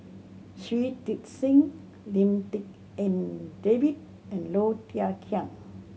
Shui Tit Sing Lim Tik En David and Low Thia Khiang